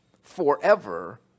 forever